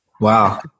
Wow